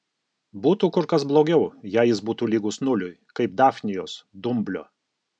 būtų kur kas blogiau jei jis būtų lygus nuliui kaip dafnijos dumblio